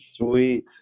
Sweet